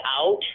out